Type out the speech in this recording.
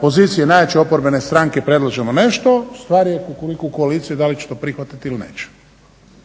pozicije najjače oporbene stranke predlažemo nešto, stvar je kukuriku koalicije da li će to prihvatiti ili neće.